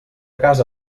casa